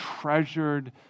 treasured